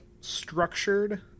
structured